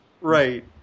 Right